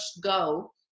go